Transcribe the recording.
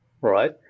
right